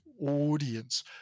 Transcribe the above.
audience